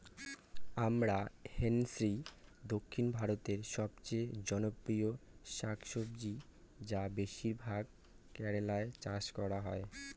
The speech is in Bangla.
আমরান্থেইসি দক্ষিণ ভারতের সবচেয়ে জনপ্রিয় শাকসবজি যা বেশিরভাগ কেরালায় চাষ করা হয়